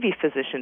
physician